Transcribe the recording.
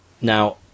now